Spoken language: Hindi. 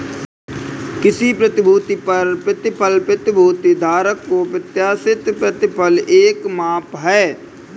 किसी प्रतिभूति पर प्रतिफल प्रतिभूति धारक को प्रत्याशित प्रतिफल का एक माप है